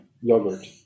yogurt